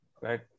right